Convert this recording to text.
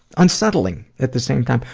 unsettling at the same time.